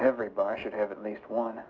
everybody should have at least one